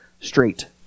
straight